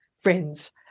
friends